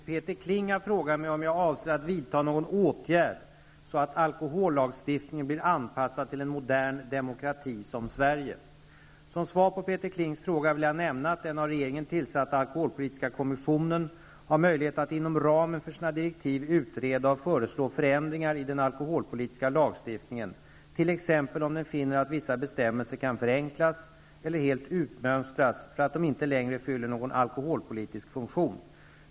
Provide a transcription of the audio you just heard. Peter Kling har frågat mig om jag avser att vidta någon åtgärd så att alkohollagstiftningen blir anpassad till en modern demokrati som Som svar på Peter Klings fråga vill jag nämna att den av regeringen tillsatta alkoholpolitiska kommissionen har möjlighet att inom ramen för sina direktiv utreda och föreslå förändringar i den alkoholpolitiska lagstiftningen, t.ex. om den finner att vissa bestämmelser kan förenklas eller helt utmönstras för att de inte längre fyller någon alkoholpolitisk funktion.